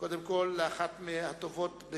קודם כול לאחת מהטובות,